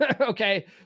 okay